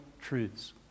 truths